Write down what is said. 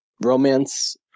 romance